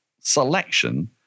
selection